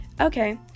Okay